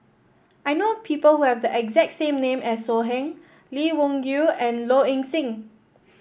I know people who have the exact name as So Heng Lee Wung Yew and Low Ing Sing